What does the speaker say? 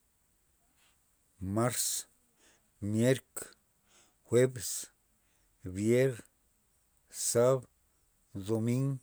Mars mierk jueps vier sab domin